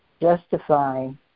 justifying